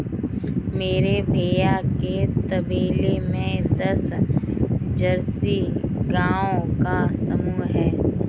मेरे भैया के तबेले में दस जर्सी गायों का समूह हैं